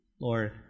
Lord